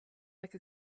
like